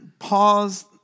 Pause